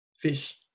fish